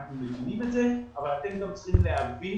אנחנו דנים בזה אבל אתם גם צריכים להבין